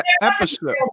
episode